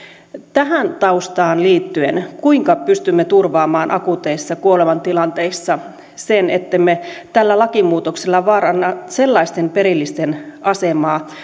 tähän taustaan liittyen kuinka pystymme turvaamaan akuuteissa kuoleman tilanteissa sen ettemme tällä lakimuutoksella vaaranna sellaisten perillisten asemaa